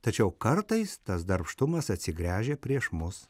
tačiau kartais tas darbštumas atsigręžia prieš mus